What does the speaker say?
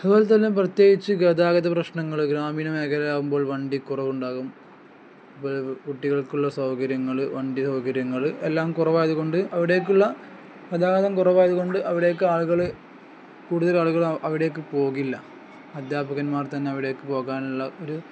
അതുപോലെ തന്നെ പ്രത്യേകിച്ച് ഗതാഗത പ്രശ്നങ്ങള് ഗ്രാമീണ മേഖല ആകുമ്പോൾ വണ്ടി കുറവുണ്ടാകും ഇപ്പോള് കുട്ടികൾക്കുള്ള സൗകര്യങ്ങള് വണ്ടി സൗകര്യങ്ങള് എല്ലാം കുറവായതുകൊണ്ട് അവിടേക്കുള്ള ഗതാഗതം കുറവായതുകൊണ്ട് അവിടേക്ക് ആളുകള് കൂടുതൽ ആളുകള് അവിടേക്കു പോകില്ല അധ്യാപകന്മാർ തന്നെ അവിടേക്കു പോകാനുള്ള ഒരു